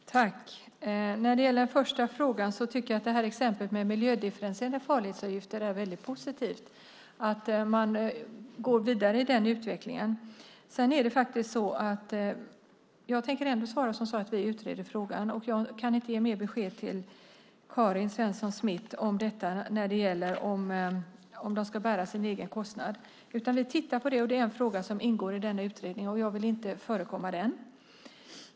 Fru talman! När det gäller den första frågan tycker jag att exemplet med miljödifferentierade farledsavgifter är väldigt positivt. Man går vidare i den utvecklingen. Jag tänker ändå svara som så att vi utreder frågan. Jag kan inte ge mer besked till Karin Svensson Smith om huruvida de ska bära sin egen kostnad. Vi tittar på det. Det är en fråga som ingår i denna utredning. Jag vill inte förekomma den.